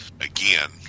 again